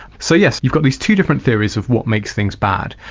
so yes, we've got these two different theories of what makes things bad.